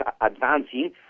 advancing